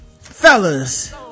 fellas